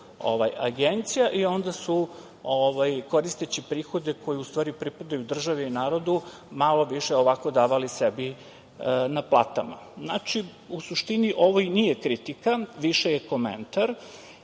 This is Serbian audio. i onda su koristeći prihode koji u stvari pripadaju državi i narodu malo više davali sebi na platama. Znači, u suštini, ovo i nije kritika, više je komentar. Moram